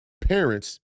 parents